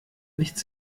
nichts